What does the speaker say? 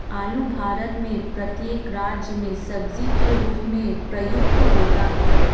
आलू भारत में प्रत्येक राज्य में सब्जी के रूप में प्रयुक्त होता है